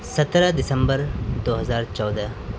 سترہ دسمبر دو ہزار چودہ